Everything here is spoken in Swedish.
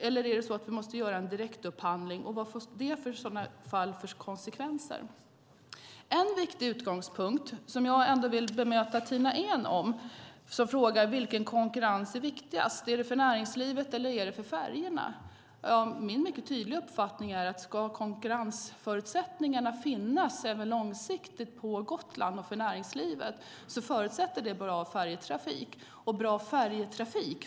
Eller måste vi göra en direktupphandling, och vad får det i så fall för konsekvenser? Jag ska ta upp en viktig utgångspunkt, och där vill jag bemöta Tina Ehn som ställde frågan: Vilken konkurrens är viktigast? Är det konkurrensen för näringslivet eller för färjorna? Min mycket tydliga uppfattning är att om konkurrensförutsättningarna ska finnas även långsiktigt för näringslivet på Gotland förutsätter det bra färjetrafik.